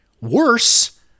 Worse